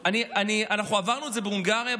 אנחנו עברנו את זה בהונגריה,